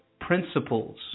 principles